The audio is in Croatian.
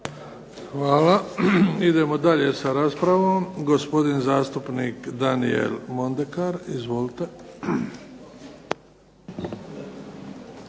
Hvala. Idemo dalje sa raspravom. Gosopdin zastupnik Daniel Mondekar. Izvolite.